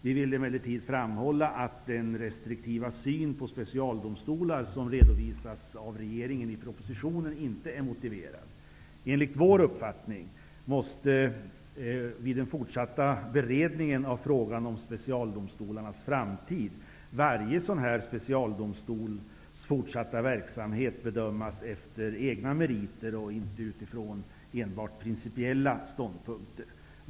Vi vill emellertid framhålla att den restriktiva syn på specialdomstolar som redovisas av regeringen i propositionen inte är motiverad. Enligt vår uppfattning måste, vid den fortsatta beredningen av frågan om specialdomstolarnas framtid, varje specialdomstols fortsatta verksamhet bedömas efter egna meriter, inte enbart utifrån principiella ståndpunkter.